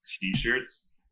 t-shirts